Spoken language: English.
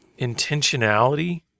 intentionality